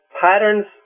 patterns